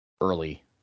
early